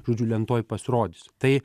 žodžiu lentoj pasirodys tai